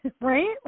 right